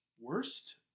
Worst